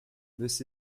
this